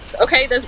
okay